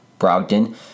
Brogdon